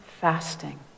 fasting